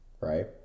right